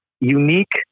unique